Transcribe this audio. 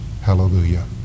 Hallelujah